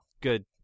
Good